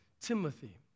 Timothy